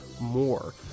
more